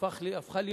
שהפך להיות